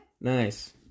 Nice